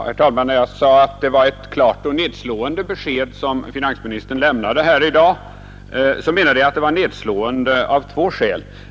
Herr talman! När jag sade att det var ett klart och nedslående besked som finansministern hade lämnat här i dag menade jag, att det var nedslående av två skäl.